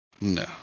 No